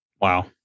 Wow